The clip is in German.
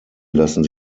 lassen